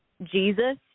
Jesus